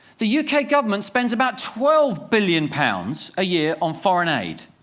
the u k. government spends about twelve billion pounds a year on foreign aid.